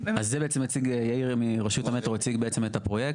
יאיר מרשות המטרו הציג את הפרויקט,